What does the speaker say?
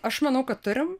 aš manau kad turim